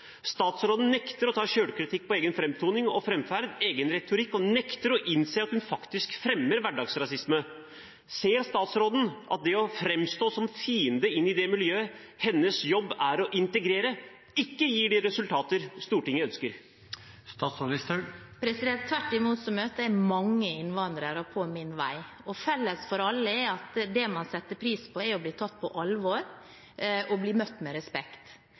Statsråden nekter å ta selvkritikk for egen framtoning og framferd, for egen retorikk, og hun nekter å innse at hun faktisk fremmer hverdagsrasisme. Ser statsråden at det å framstå som fiende inn i det miljøet, hvor hennes jobb er å integrere, ikke gir de resultater Stortinget ønsker? Tvert imot: Jeg møter mange innvandrere på min vei, og felles for alle er at det man setter pris på, er å bli tatt på alvor og bli møtt med respekt.